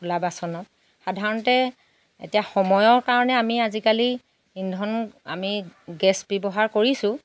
খোলা বাচনত সাধাৰণতে এতিয়া সময়ৰ কাৰণে আমি আজিকালি ইন্ধন আমি গেছ ব্যৱহাৰ কৰিছোঁ